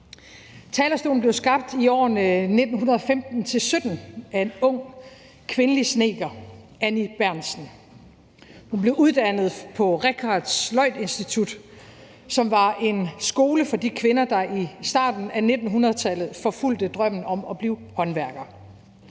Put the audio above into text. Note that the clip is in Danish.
Talerstolen blev skabt i årene 1915-1917 af en ung kvindelig snedker, Anny Berntsen. Hun blev uddannet på Richardts Sløjdinstitut, som var en skole for de kvinder, der i starten af 1900-tallet forfulgte drømmen om at blive håndværkere.